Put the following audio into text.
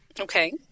okay